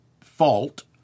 fault